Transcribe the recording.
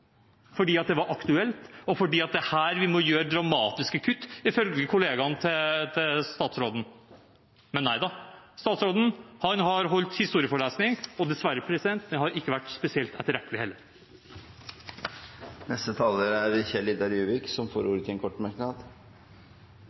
fordi det er aktuelt, og fordi det er her vi må gjøre dramatiske kutt, ifølge kollegaen til statsråden. Men nei da – statsråden har holdt historieforelesning, og dessverre har den heller ikke vært spesielt etterrettelig. Kjell-Idar Juvik har hatt ordet to ganger tidligere og får ordet til en kort merknad,